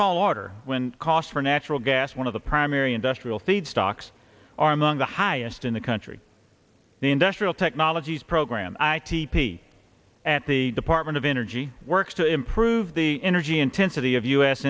tall order when costs for natural gas one of the primary industrial feedstocks are among the highest in the country the industrial technologies program i t p at the department of energy works to improve the energy intensity of u